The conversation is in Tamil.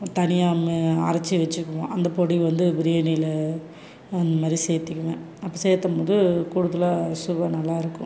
தனியாக அரைச்சி வச்சிக்குவோம் அந்த பொடி வந்து பிரியாணியில் இந்த மாதிரி சேர்த்திக்கிவேன் அப்போ சேர்த்த ம்போது கூடுதலாக சுவை நல்லாயிருக்கும்